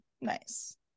Nice